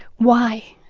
why?